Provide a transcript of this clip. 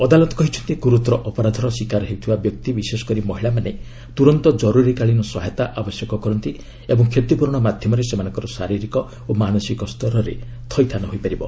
ଅଦାଲତ କହିଛନ୍ତି ଗୁରୁତର ଅପରାଧର ଶିକାର ହେଉଥିବା ବ୍ୟକ୍ତି ବିଶେଷକରି ମହିଳାମାନେ ତୁରନ୍ତ ଜରୁରୀକାଳୀନ ସହାୟତା ଆବଶ୍ୟକ କରନ୍ତି ଓ କ୍ଷତିପୂରଣ ମାଧ୍ୟମରେ ସେମାନଙ୍କର ଶାରୀରିକ ଓ ମାନସିକ ସ୍ତରରେ ଥଇଥାନ ହୋଇପାରିବ